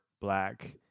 black